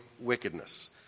wickedness